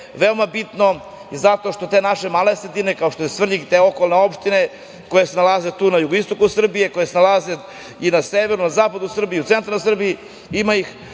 veoma bitno, zato što te naše male sredine, kao što je Svrljig i te okolne opštine koje se nalaze na jugoistoku Srbije, koje se nalaze na severu, na zapadu Srbije, u centralnoj Srbiji, te